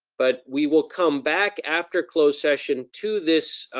but we will come back after closed session to this,